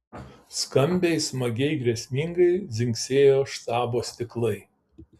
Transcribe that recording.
skambiai smagiai grėsmingai dzingsėjo štabo stiklai